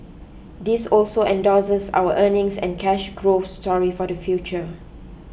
this also endorses our earnings and cash growth story for the future